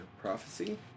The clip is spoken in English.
prophecy